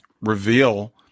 reveal